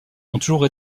toujours